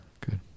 good